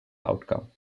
outcome